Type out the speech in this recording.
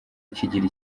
kigira